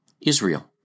Israel